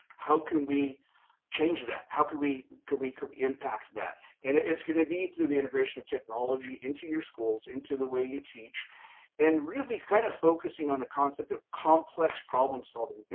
how can we change that? how could we could we could impact that and it's going to be through the integration of technology into your schools, into the way you teach and really kind of focusing on the concept of complex problem solving.